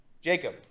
Jacob